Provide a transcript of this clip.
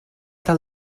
del